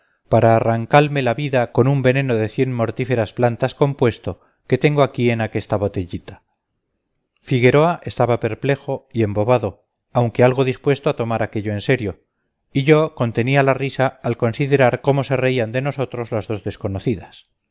para arrancalme la vida con un veneno de cien mortíferas plantas compuesto que tengo aquí en aquesta botellita figueroa estaba perplejo y embobado aunque algo dispuesto a tomar aquello en serio y yo contenía la risa al considerar cómo se reían de nosotros las dos desconocidas